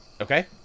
Okay